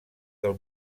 del